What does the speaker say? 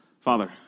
Father